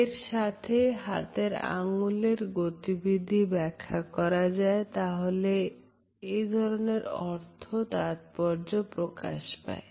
এর সাথে হাতের আঙ্গুলের গতিবিধি ব্যাখ্যা করা যায় তাহলে এর বিভিন্ন অর্থ এবং তাৎপর্য প্রকাশ পায়